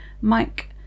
mike